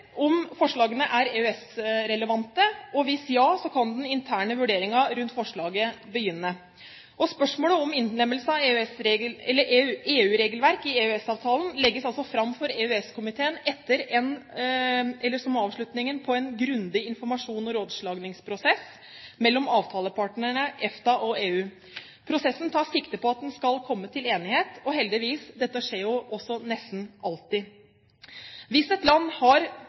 om forslagene er EØS-relevante, og hvis ja, kan den interne vurderingen rundt forslagene begynne. Spørsmålet om innlemmelse av EU-regelverk i EØS-avtalen legges altså fram for EØS-komiteen som avslutningen på en grundig informasjons- og rådslagningsprosess mellom avtalepartene EFTA og EU. Prosessen tar sikte på at man skal komme til enighet. Heldigvis skjer dette nesten alltid. Hvis et land